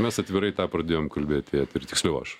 mes atvirai tą pradėjom kalbėt į eterį tiksliau aš